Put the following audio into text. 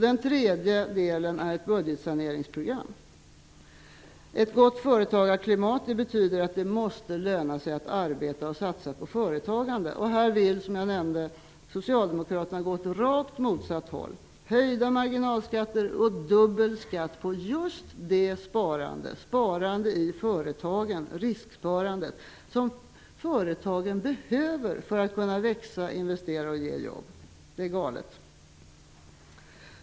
Den tredje delen är ett budgetsaneringsprogram. Ett gott företagarklimat betyder att det måste löna sig att arbeta och satsa på företagande. Här vill, som jag sade, Socialdemokraterna gå åt rakt motsatt håll: höjda marginalskatter och dubbel skatt på just det sparande i företagen -- risksparande -- som dessa behöver för att kunna växa, investera och ge jobb. Detta är galet!